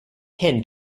ten